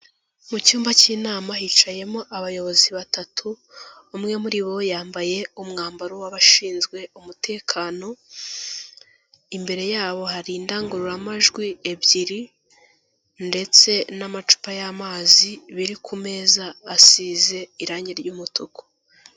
Mu cyumba cy'inama hicayemo abayobozi batatu, umwe muri bo yambaye umwambaro w'abashinzwe umutekano, imbere yabo hari indangururamajwi ebyiri ndetse n'amacupa y'amazi biri ku meza asize irangi ry'umutuku.